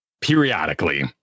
periodically